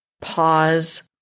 pause